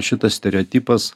šitas stereotipas